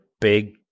big